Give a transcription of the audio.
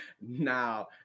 Now